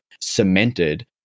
cemented